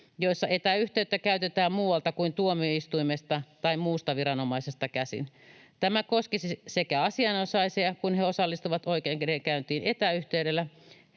joissa etäyhteyttä käytetään muualta kuin tuomioistuimesta tai muusta viranomaisesta käsin. Tämä koskisi sekä asianosaisia, kun he osallistuvat oikeudenkäyntiin etäyhteydellä,